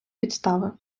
підстави